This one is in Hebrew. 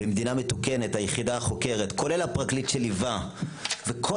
במדינה מתוקנת היחידה החוקרת כולל הפרקליט שליווה וכל